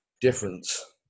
difference